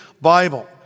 Bible